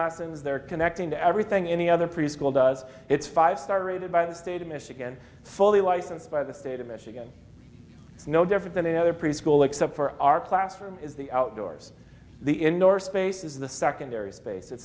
is they're connecting to everything any other preschool does it's five star rated by the state of michigan fully licensed by the state of michigan it's no different than any other preschool except for our classroom is the outdoors the indoor spaces the secondary space it